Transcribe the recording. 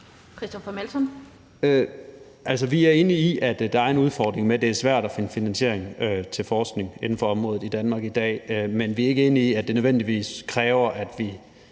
Melson (V): Altså, vi er enige i, at der er en udfordring med det, og at det er svært at finde finansiering til forskning inden for området i Danmark i dag, men vi er ikke enige i, at det nødvendigvis kræver, at vi